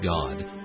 God